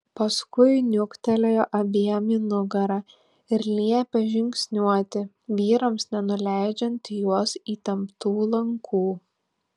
paskui niuktelėjo abiem į nugarą ir liepė žingsniuoti vyrams nenuleidžiant į juos įtemptų lankų